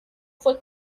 fue